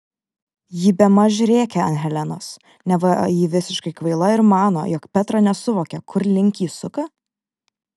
ji bemaž rėkia ant helenos neva ji visiškai kvaila ir mano jog petra nesuvokia kur link ji suka